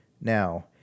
now